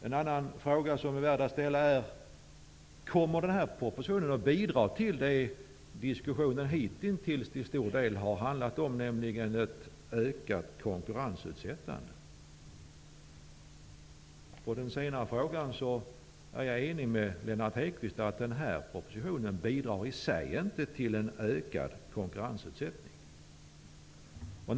En annan fråga som är värd att ställa är: Kommer denna proposition att bidra till det som diskussionen hittills till stor del har handlat om, nämligen ett ökat konkurrensutsättande? När det gäller den senare frågan är jag enig med Lennart Hedquist om att propostionen i sig inte bidrar till en ökad konkurrensutsättning.